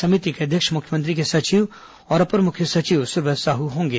समिति के अध्यक्ष मुख्यमंत्री के सचिव और अपर मुख्य सचिव सुब्रत साहू होंगे